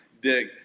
dig